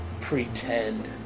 pretend